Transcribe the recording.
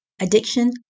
addiction